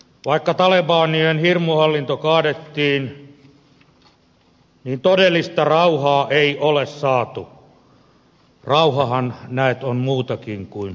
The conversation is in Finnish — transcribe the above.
vaikka talebanien hirmuhallinto kaadettiin niin todellista rauhaa ei ole saatu rauhahan näet on muutakin kuin sodan poissaoloa